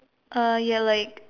uh ya like